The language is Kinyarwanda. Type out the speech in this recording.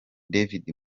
david